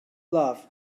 love